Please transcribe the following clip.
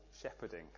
shepherding